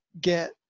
get